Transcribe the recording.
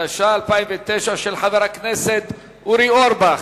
התש"ע 2009, של חבר הכנסת אורי אורבך.